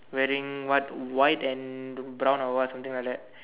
wearing what white and brown or what something like that